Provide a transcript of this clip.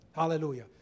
Hallelujah